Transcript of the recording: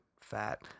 fat